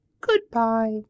Goodbye